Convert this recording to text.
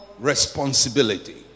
Responsibility